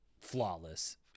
flawless